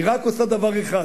היא רק עושה דבר אחד,